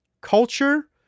culture